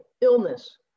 illness